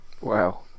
Wow